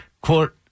quote